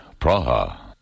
Praha